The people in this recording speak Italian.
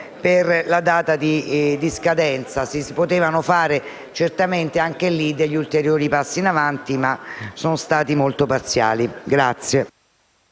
Grazie,